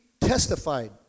testified